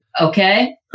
Okay